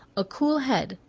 a cool head,